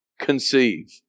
conceive